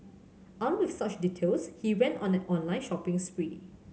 armed with such details he went on an online shopping spree